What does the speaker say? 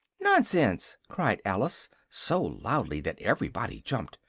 nonsense! cried alice, so loudly that everybody jumped,